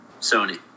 Sony